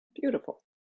beautiful